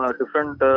different